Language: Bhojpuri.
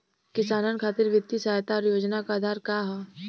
किसानन खातिर वित्तीय सहायता और योजना क आधार का ह?